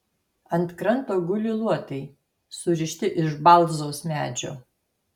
ant kranto guli luotai surišti iš balzos medžio